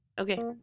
Okay